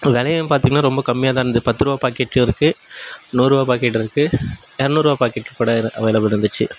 விலையும் பார்த்திங்கன்னா ரொம்ப கம்மியாக தான் இருந்தது பத்துருபா பாக்கெட்லையும் இருக்குது நூறுபா பாக்கெட் இருக்குது எரநூறுபா பாக்கெட் கூட அவைளபுல் இருந்துச்சி